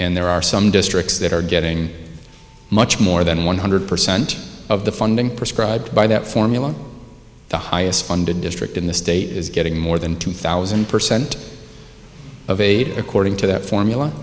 and there are some districts that are getting much more than one hundred percent of the funding prescribed by that formula the highest funded district in the state is getting more than two thousand percent of aid according to that formula